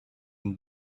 une